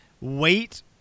Wait